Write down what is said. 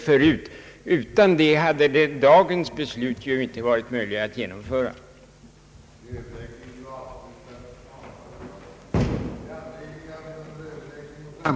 Maj:t till känna, att de nämnda motionerna borde överlämnas till invandrarutredningen för beaktande.